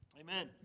amen